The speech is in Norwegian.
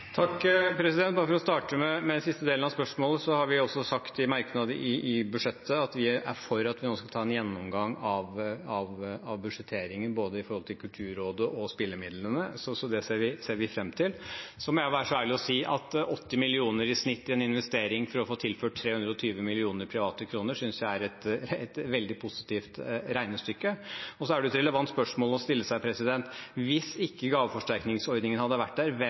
For å starte med siste del av spørsmålet: Vi har sagt i merknader i budsjettet at vi er for at vi nå skal ta en gjennomgang av budsjetteringen, både i forhold til Kulturrådet og spillemidlene, så det ser vi fram til. Så må jeg være så ærlig å si at 80 mill. kr i snitt i en investering for å få tilført 320 mill. kr private kroner synes jeg er et veldig positivt regnestykke. Det er relevant å spørre seg: Hvis ikke gaveforsterkningsordningen hadde vært der,